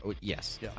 yes